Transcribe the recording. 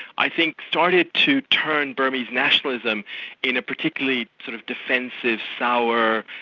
i think started to turn burmese nationalism in a particularly sort of defensive, sour,